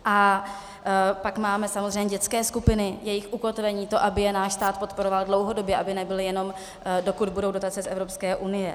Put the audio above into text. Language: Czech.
A pak máme samozřejmě dětské skupiny, jejich ukotvení, to, aby je náš stát podporoval dlouhodobě, aby nebyly jenom, dokud budou dotace z Evropské unie.